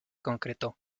concretó